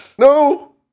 No